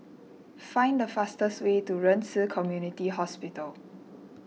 find the fastest way to Ren Ci Community Hospital